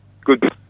good